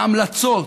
ההמלצות,